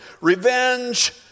revenge